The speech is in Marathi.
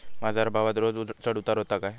बाजार भावात रोज चढउतार व्हता काय?